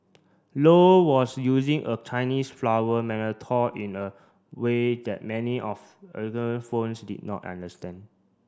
low was using a Chinese flower in a way that many of did not understand